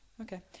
Okay